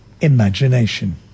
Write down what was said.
Imagination